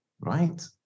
right